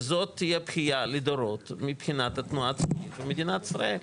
וזאת תהיה בכייה לדורות מבחינת התנועה הציונית ומדינת ישראל.